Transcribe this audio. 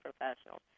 Professionals